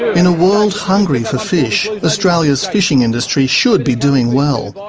in a world hungry for fish, australia's fishing industry should be doing well.